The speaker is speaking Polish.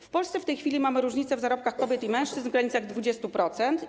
W Polsce w tej chwili mamy różnicę w zarobkach kobiet i mężczyzn w granicach 20%.